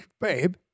Babe